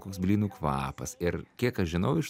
koks blynų kvapas ir kiek aš žinau iš